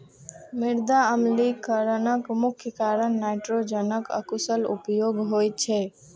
मृदा अम्लीकरणक मुख्य कारण नाइट्रोजनक अकुशल उपयोग होइ छै